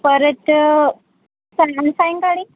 परत सायंकाळी